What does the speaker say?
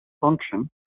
function